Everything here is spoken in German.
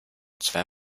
zwei